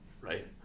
right